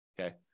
okay